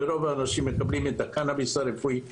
רוב האנשים מקבלים את הקנביס הרפואי לכאב,